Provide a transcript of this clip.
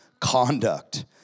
conduct